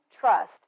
trust